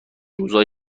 روزای